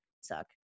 suck